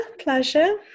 pleasure